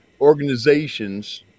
organizations